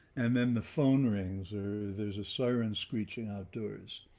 and then the phone rings or there's a siren screeching outdoors.